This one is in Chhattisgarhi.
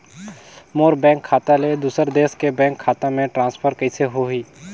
मोर बैंक खाता ले दुसर देश के बैंक खाता मे ट्रांसफर कइसे होही?